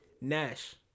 Nash